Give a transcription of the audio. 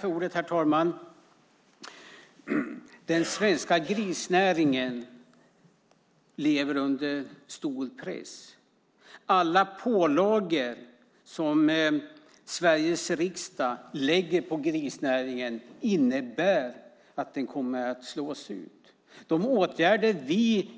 Herr talman! Den svenska grisnäringen lever under stor press. Alla pålagor som Sveriges riksdag lägger på grisnäringen innebär att den kommer att slås ut. De åtgärder vi